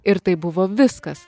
ir tai buvo viskas